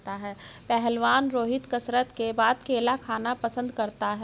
पहलवान रोहित कसरत के बाद केला खाना पसंद करता है